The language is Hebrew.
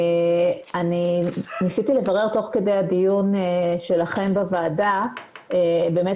ניסיתי לברר תוך כדי הדיון שלכם בוועדה באמת